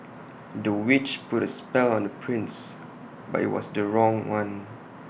the witch put A spell on the prince but IT was the wrong one